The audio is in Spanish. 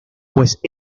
pues